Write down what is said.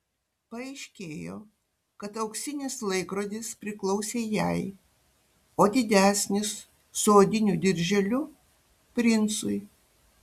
paaiškėjo kad auksinis laikrodis priklausė jai o didesnis su odiniu dirželiu princui